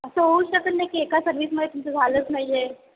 असं होऊ शकत नाही की एका सर्विसमध्ये तुमचं झालंच नाही आहे